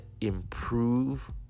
improve